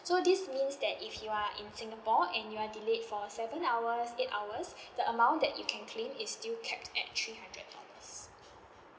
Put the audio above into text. so this means that if you are in singapore and you are delayed for seven hours eight hours the amount that you can claim is still kept at three hundred dollars